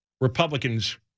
Republicans